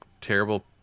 terrible